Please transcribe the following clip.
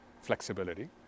flexibility